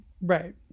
Right